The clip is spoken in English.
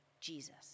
jesus